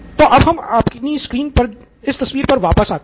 तो अब हम अपनी स्क्रीन पर इस तस्वीर पर वापस आते है